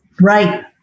Right